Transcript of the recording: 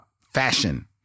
fashion